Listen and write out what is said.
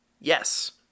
Yes